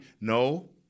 No